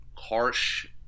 harsh